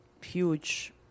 huge